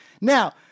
now